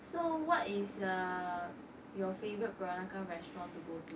so what is uh your favourite peranakan restaurant to go to